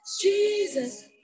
Jesus